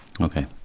Okay